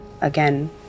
Again